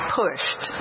pushed